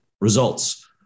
results